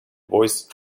voice